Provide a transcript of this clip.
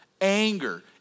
Anger